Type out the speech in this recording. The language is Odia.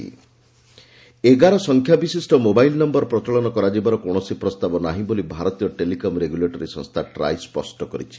ଟ୍ରାଇ ଏଗାର ସଂଖ୍ୟା ବିଶିଷ୍ଟ ମୋବାଇଲ୍ ନୟର ପ୍ରଚଳନ କରାଯିବାର କୌଣସି ପ୍ରସ୍ତାବ ନାହିଁ ବୋଲି ଭାରତୀୟ ଟେଲିକମ୍ ରେଗୁଲେଟରୀ ସଂସ୍ଥା ଟ୍ରାଇ ସ୍ୱଷ୍ଟ କରିଛି